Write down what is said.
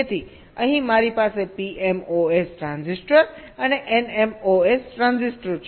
તેથી અહીં મારી પાસે PMOS ટ્રાન્ઝિસ્ટર અને NMOS ટ્રાન્ઝિસ્ટર છે